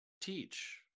teach